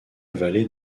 vallée